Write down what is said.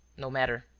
no matter,